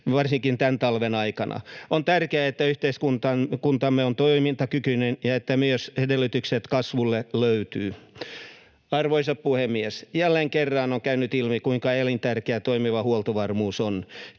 varsinkaan tämän talven aikana. On tärkeää, että yhteiskuntamme on toimintakykyinen ja että myös edellytykset kasvulle löytyvät. Arvoisa puhemies! Jälleen kerran on käynyt ilmi, kuinka elintärkeää toimiva huoltovarmuus on.